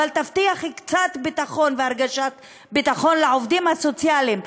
לפחות תבטיח קצת ביטחון והרגשת ביטחון לעובדים הסוציאליים,